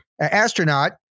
astronaut